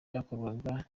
byakorwaga